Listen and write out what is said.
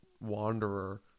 wanderer